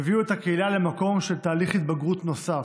הביאו את הקהילה למקום של תהליך התבגרות נוסף,